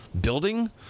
building